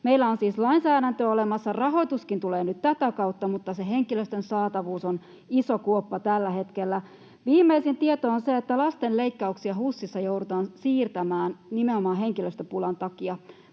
Meillä on siis lainsäädäntö olemassa, rahoituskin tulee nyt tätä kautta, mutta se henkilöstön saatavuus on iso kuoppa tällä hetkellä. Viimeisin tieto on se, että lasten leikkauksia HUSissa joudutaan siirtämään nimenomaan henkilöstöpulan takia.